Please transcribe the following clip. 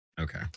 Okay